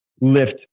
lift